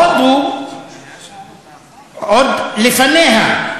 הודו עוד לפניה.